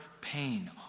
pain